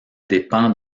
dépend